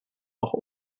noch